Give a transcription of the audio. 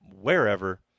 wherever